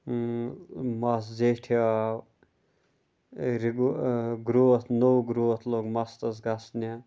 مَس زیٚٹھو رِگو گرٛوتھ نوٚو گرٛوتھ لوٚگ مستَس گژھنہِ